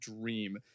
dream